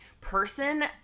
person